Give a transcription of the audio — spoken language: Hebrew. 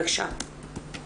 בקשה.